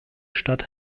stadt